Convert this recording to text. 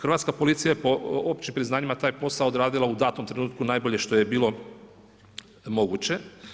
Hrvatska policija je po općim priznanjima taj posao odradila u datom trenutku najbolje što je bilo moguće.